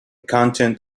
content